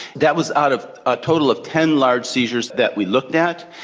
that was out of a total of ten large seizures that we looked at.